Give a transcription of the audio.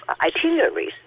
itineraries